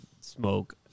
smoke